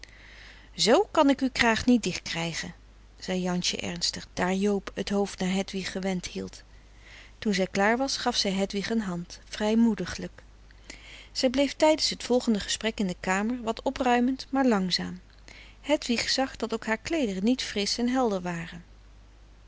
z kan ik uw kraag niet dicht krijge zei jansje ernstig daar joob het hoofd naar hedwig gewend hield toen zij klaar was gaf zij hedwig een hand vrijmoediglijk frederik van eeden van de koele meren des doods zij bleef tijdens het volgende gesprek in de kamer wat opruimend maar langzaam hedwig zag dat ook haar kleederen niet frisch en helder waren